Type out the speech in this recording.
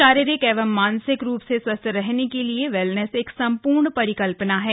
शारीरिक एवं मानसिक रूप से स्वस्थ्य रहने के लिए वेलनेस एक सम्पूर्ण परिकल्पना है